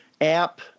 app